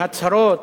הצהרות,